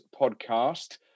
podcast